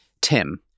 Tim